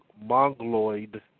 mongoloid